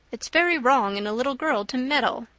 it's very wrong in a little girl to meddle.